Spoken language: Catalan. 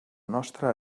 nostra